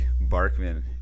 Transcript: Barkman